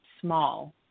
small